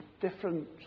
different